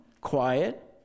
quiet